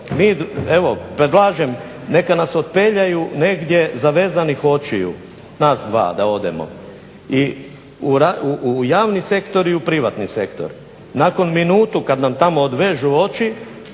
evo predlažem neka nas otpeljaju negdje zavezanih očiju nas dva da odemo i u javni sektor i u privatni sektor. Nakon minutu kad nam tamo odvežu oči